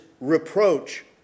reproach